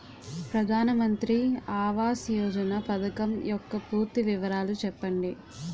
ప్రధాన మంత్రి ఆవాస్ యోజన పథకం యెక్క పూర్తి వివరాలు చెప్పండి?